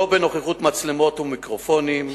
לא בנוכחות מצלמות ומיקרופונים,